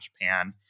Japan